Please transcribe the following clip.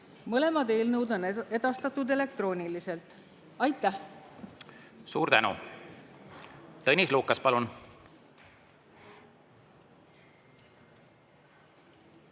Mõlemad eelnõud on edastatud elektrooniliselt. Aitäh! Suur tänu! Tõnis Lukas, palun!